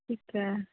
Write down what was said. ਠੀਕ ਹੈ